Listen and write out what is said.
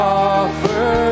offer